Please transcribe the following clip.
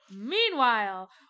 meanwhile